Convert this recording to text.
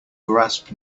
grasp